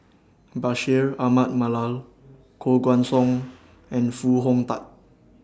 Bashir Ahmad Mallal Koh Guan Song and Foo Hong Tatt